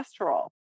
cholesterol